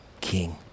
king